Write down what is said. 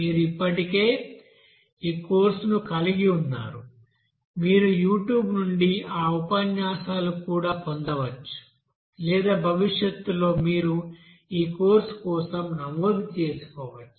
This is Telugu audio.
మీరు ఇప్పటికే ఈ కోర్సును కలిగి ఉన్నారు మీరు యూ ట్యూబ్ నుండి ఆ ఉపన్యాసాలను కూడా పొందవచ్చు లేదా భవిష్యత్తులో మీరు ఈ కోర్సు కోసం నమోదు చేసుకోవచ్చు